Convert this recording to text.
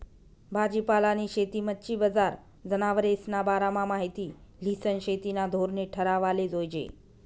भाजीपालानी शेती, मच्छी बजार, जनावरेस्ना बारामा माहिती ल्हिसन शेतीना धोरणे ठरावाले जोयजे